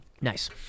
Nice